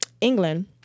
england